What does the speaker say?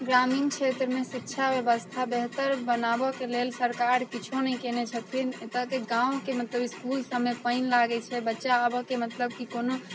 ग्रामीण क्षेत्रमे शिक्षा बेबस्था बेहतर बनाबऽके लेल सरकार किछु नहि केने छथिन एतौके गाँवके मतलब इसकुल सबमे पानि लागै छै बच्चा आबऽके मतलब कि कोनो